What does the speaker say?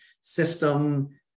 system